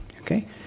Okay